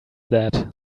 that